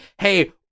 Hey